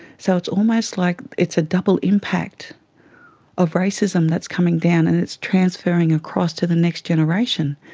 so it's almost like it's a double impact of racism that's coming down and it's transferring across to the next generation.